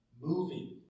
moving